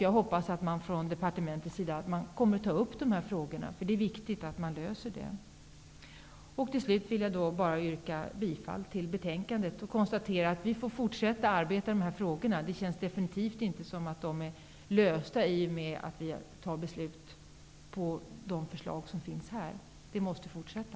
Jag hoppas att man från departementets sida kommer att ta upp dessa frågor, därför att det är viktigt att man löser dem. Till slut vill jag bara yrka bifall till betänkandet. Jag konstaterar att vi får fortsätta att arbeta med dessa frågor. Det känns definitivt inte så, att de är lösta i och med att vi har fattat beslut om de förslag som finns i betänkandet. Arbetet måste fortsätta.